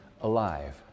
alive